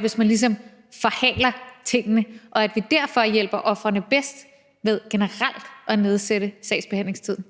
hvis man ligesom forhaler tingene, og at vi derfor hjælper ofrene bedst ved generelt at nedsætte sagsbehandlingstiden.